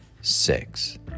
six